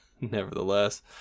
nevertheless